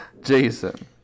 Jason